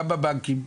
בבנקים,